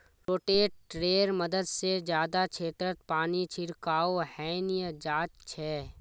रोटेटरैर मदद से जादा क्षेत्रत पानीर छिड़काव हैंय जाच्छे